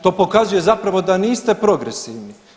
To pokazuje zapravo da niste progresivni.